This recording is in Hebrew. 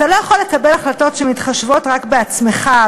אתה לא יכול לקבל החלטות שמתחשבות רק בעצמך,